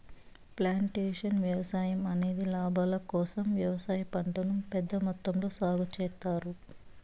plantation వ్యవసాయం అనేది లాభాల కోసం వ్యవసాయ పంటలను పెద్ద మొత్తంలో సాగు చేత్తారు